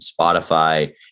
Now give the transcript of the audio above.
Spotify